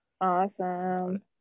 awesome